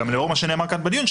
וגם לאור מה שנאמר כאן בדיון,